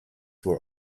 were